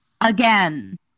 Again